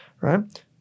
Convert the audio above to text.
right